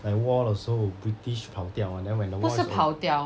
like war 的时候 british 跑掉吗 then when the war is over